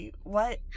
what-